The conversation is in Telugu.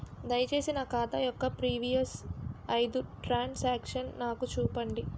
దయచేసి నా ఖాతా యొక్క ప్రీవియస్ ఐదు ట్రాన్ సాంక్షన్ నాకు చూపండి